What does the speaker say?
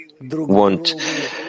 want